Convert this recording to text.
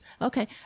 Okay